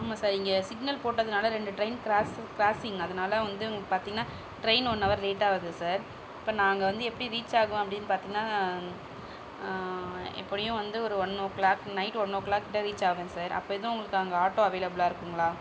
ஆமாம் சார் இங்கே சிக்னல் போட்டதனால ரெண்டு டிரெயின் கிராஸ் கிராஸிங் அதனால வந்து உங்களுக்கு பார்த்தீங்கன்னா டிரெயின் ஒன் அவர் லேட்டாக வருது சார் இப்போ நான் அங்கே வந்து எப்படி ரீச் ஆகுவேன் அப்படின்னு பார்த்தீங்கன்னா எப்படியும் வந்து ஒரு one o'clock night one ஓ கிளாக்கிட்ட ரீச் ஆவேன் சார் அப்போ எதுவும் உங்களுக்கு அங்கே ஆட்டோ அவைலபுல்லாக இருக்குங்களா